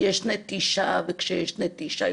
יש נטישה וכשיש נטישה,